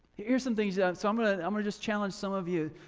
here's some things, so i'm gonna i'm gonna just challenge some of you.